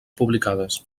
publicades